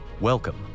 Welcome